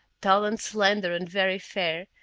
tall and slender and very fair,